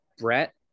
Brett